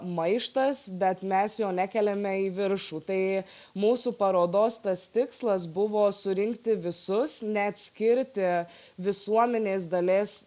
maištas bet mes jo nekeliame į viršų tai mūsų parodos tas tikslas buvo surinkti visus neatskirti visuomenės dalės